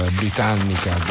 britannica